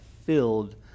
filled